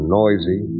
noisy